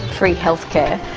free healthcare,